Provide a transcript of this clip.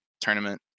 tournament